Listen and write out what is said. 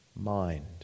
mind